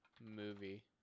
movie